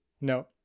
No